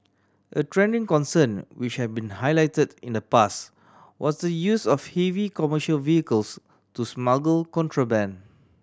a trending concern which have been highlighted in the past was the use of heavy commercial vehicles to smuggle contraband